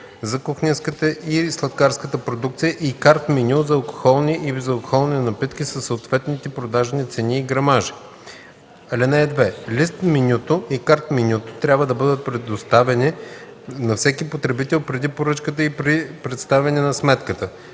за кухненската и сладкарската продукция и карт-меню за алкохолни и безалкохолни напитки със съответните продажни цени и грамажи. (2) Лист-менюто и карт-менюто трябва да бъдат предоставени на всеки потребител преди поръчката и при представяне на сметката.